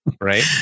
Right